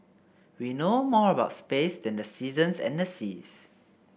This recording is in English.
we know more about space than the seasons and the seas